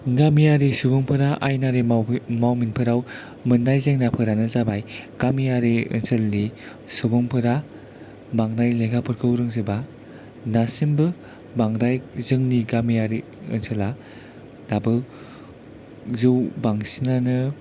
गामियारि सुबुंफोरा आयेनारि मावमिनफोराव मोननाय जेंनाफोरानो जाबाय गामियारि ओनसोलनि सुबुंफोरा बांद्राय लेखाफोरखौ रोंजोबा दासिमबो बांद्राय जोंनि गामियारि ओनसोला दाबो जों बांसिनानो